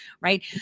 right